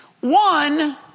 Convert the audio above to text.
One